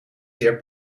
zeer